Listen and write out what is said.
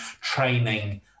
training